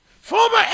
Former